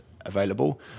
available